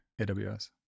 AWS